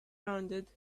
rounded